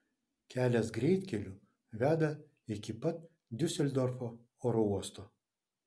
kelias greitkeliu veda iki pat diuseldorfo oro uosto